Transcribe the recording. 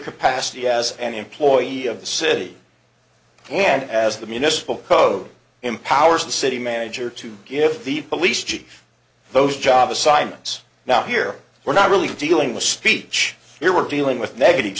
capacity as an employee of the city and as the municipal code empowers the city manager to give the police chief those job assignments now here we're not really dealing with speech here we're dealing with negative